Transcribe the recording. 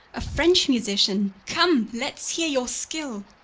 a french musician come, let's hear your skill.